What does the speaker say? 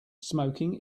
smoking